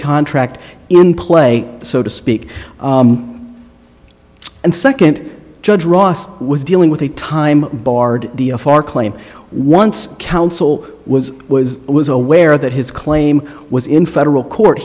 contract in play so to speak and second judge ross was dealing with a time barred far claim once counsel was was was aware that his claim was in federal court